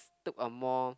took a more